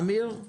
אמיר הלוי,